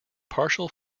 partial